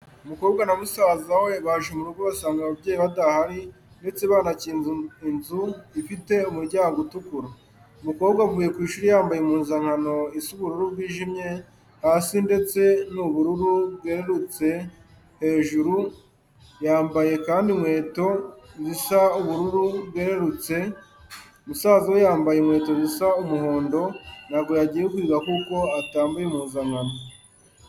Umukobwa uri kumwe na musaza we, baje murugo basanga ababyeyi badahari ndetse banakinze inzu ifite umuryango utukura. Umukobwa avuye ku ishuri yambaye impuzankano y'ishuri isa ubururu bwijimye hasi ndetse n'ubururu bwerurutse hejuru, yambaye kandi inkweto zisa ubururu bwerurutse, musaza we yambaye inkweto zisa umuhondo, ntago yagiye kwiga kuko atambaye impuzankano.